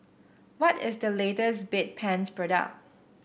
what is the latest Bedpans product